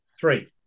Three